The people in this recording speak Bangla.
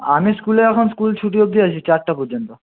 আমি স্কুলে এখন স্কুল ছুটি অব্দি আছি চারটে পর্যন্ত